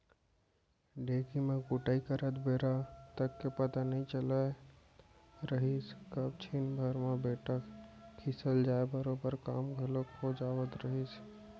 ढेंकी म कुटई करत बेरा तक के पता नइ चलत रहिस कब छिन भर म बेटा खिसल जाय बरोबर काम घलौ हो जावत रहिस